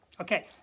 Okay